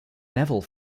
neville